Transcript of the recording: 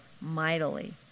mightily